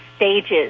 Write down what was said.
stages